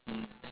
mm